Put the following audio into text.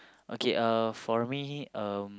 okay uh for me um